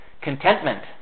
Contentment